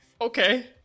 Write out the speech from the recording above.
Okay